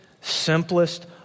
simplest